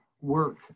work